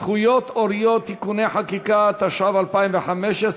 זכויות הוריות (תיקוני חקיקה), התשע"ו 2015,